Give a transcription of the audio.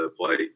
play